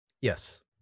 Yes